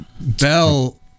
Bell